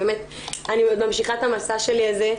אני עוד ממשיכה את המסע שלי הזה.